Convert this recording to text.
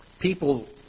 people